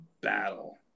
battle